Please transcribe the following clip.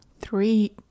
three